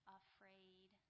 afraid